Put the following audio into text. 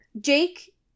Jake